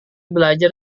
belajar